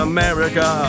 America